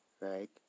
Right